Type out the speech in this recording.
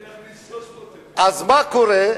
אני אכניס 300,000. אז מה קורה?